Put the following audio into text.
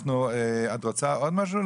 את רוצה להגיד עוד משהו?